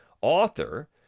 author